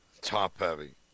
Top-heavy